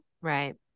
right